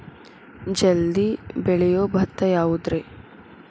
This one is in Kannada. ಜಲ್ದಿ ಬೆಳಿಯೊ ಭತ್ತ ಯಾವುದ್ರೇ?